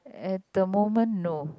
at the moment no